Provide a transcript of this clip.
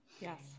Yes